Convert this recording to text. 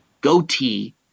goatee